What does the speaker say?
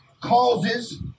causes